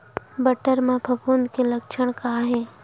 बटर म फफूंद के लक्षण का हे?